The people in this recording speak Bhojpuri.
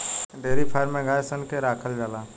डेयरी फार्म में गाय सन के राखल जाला